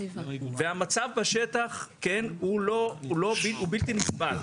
והמצב בשטח הוא בלתי נסבל.